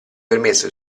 permesso